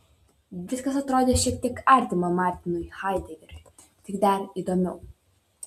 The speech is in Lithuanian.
viskas atrodė šiek tiek artima martinui haidegeriui tik dar įdomiau